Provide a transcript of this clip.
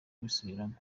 gusubirwamo